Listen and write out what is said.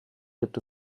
gibt